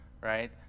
right